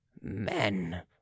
Men